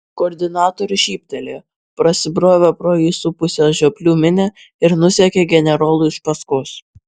koordinatorius šyptelėjo prasibrovė pro jį supusią žioplių minią ir nusekė generolui iš paskos